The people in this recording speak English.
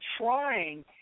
trying